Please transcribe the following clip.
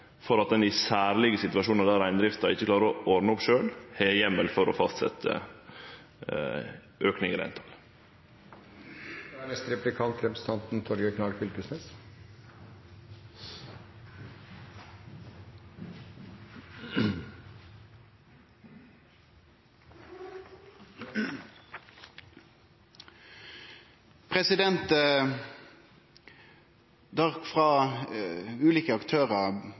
for at ein i særlege situasjonar der reindrifta ikkje klarer å ordne opp sjølv, kan fastsetje eit øvre reintal. Det har frå ulike aktørar